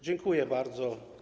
Dziękuję bardzo.